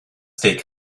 steak